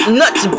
nuts